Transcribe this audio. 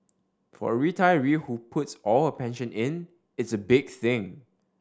for a retiree who puts all her pension in it's a big thing